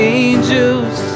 angels